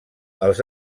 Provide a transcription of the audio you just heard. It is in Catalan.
els